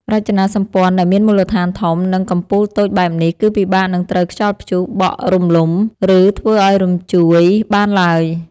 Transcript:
រចនាសម្ព័ន្ធដែលមានមូលដ្ឋានធំ និង កំពូលតូចបែបនេះគឺពិបាកនឹងត្រូវខ្យល់ព្យុះបក់រំលំ ឬ ធ្វើឱ្យរំញ្ជួយបានឡើយ។